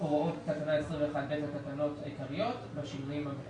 הוראות תקנה 21(ב) לתקנות בשינויים המחויבים.